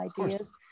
ideas